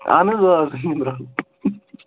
اَہن حظ آ